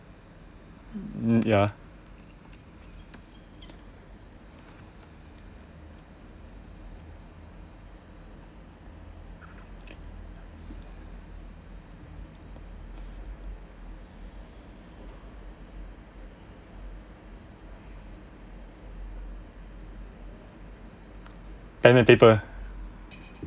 hmm ya pen and paper